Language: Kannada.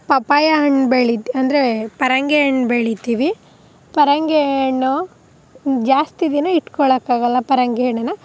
ಪಪ್ಪಾಯ ಹಣ್ಣು ಬೆಳಿತೀನಿ ಅಂದರೆ ಪರಂಗಿ ಹಣ್ಣು ಬೆಳಿತೀವಿ ಪರಂಗಿ ಹಣ್ಣು ಜಾಸ್ತಿ ದಿನ ಇಟ್ಕೊಳ್ಳೋಕ್ಕಾಗೋಲ್ಲ ಪರಂಗಿ ಹಣ್ಣಿನ